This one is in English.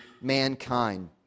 mankind